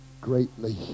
greatly